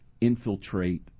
infiltrate